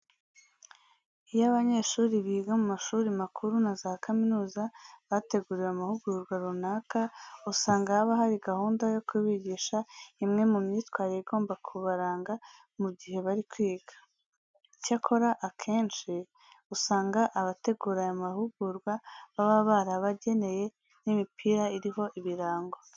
Iyo abanyeshuri biga mu mashuri makuru na za kaminuza bateguriwe amahugurwa runaka, usanga haba hari gahunda yo kubigisha imwe mu myitwarire igomba kubaranga mu gihe bari kwiga. Icyakora akenshi usanga abategura aya mahugurwa baba barabageneye n'imipira iriho ibirango.